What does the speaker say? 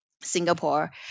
Singapore